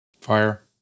Fire